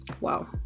Wow